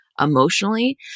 Emotionally